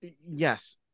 Yes